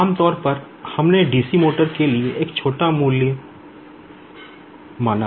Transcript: आम तौर पर हमने DC मोटर के लिए एक छोटा मूल्य माना